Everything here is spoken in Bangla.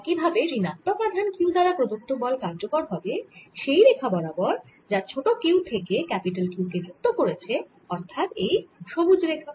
একই ভাবে ঋণাত্মক আধান Q দ্বারা প্রদত্ত বল কার্যকর হবে সেই রেখা বরাবর যা ছোট q থেকে ক্যাপিটাল Q কে যুক্ত করেছে অর্থাৎ এই সবুজ রেখা